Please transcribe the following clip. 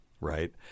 right